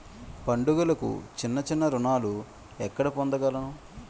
పండుగలకు చిన్న చిన్న రుణాలు ఎక్కడ పొందగలను?